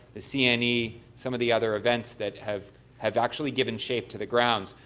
the cne, some of the other events that have have actually given shape to the grounds,